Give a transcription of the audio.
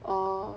orh